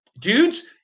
dudes